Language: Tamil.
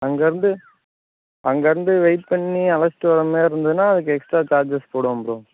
அங்கேருந்து அங்கேருந்து வெயிட் பண்ணி அழைச்சுட்டு வர்ற மாரி இருந்ததுனா அதுக்கு எக்ஸ்ட்ரா சார்ஜஸ் போடுவோம் ப்ரோ